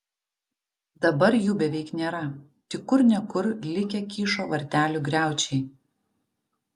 dabar jų beveik nėra tik kur ne kur likę kyšo vartelių griaučiai